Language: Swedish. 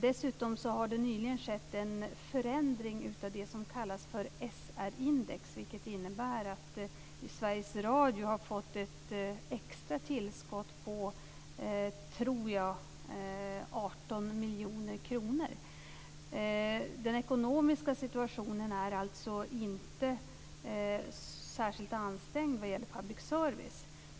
Dessutom har det nyligen skett en förändring av det som kallas för SR-index, vilket innebär att Sveriges Radio har fått ett extra tillskott på, tror jag, 18 miljoner kronor. Den ekonomiska situationen är alltså inte särskilt ansträngd vad gäller public service.